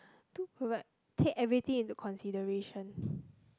to pro~ take everything into consideration